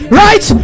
right